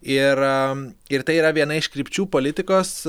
ir ir tai yra viena iš krypčių politikos